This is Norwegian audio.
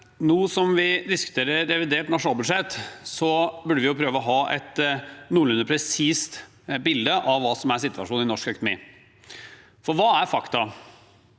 Nå som vi diskuterer revidert nasjonalbudsjett, burde vi prøve å ha et noenlunde presist bilde av hva som er situasjonen i norsk økonomi. Hva er fakta?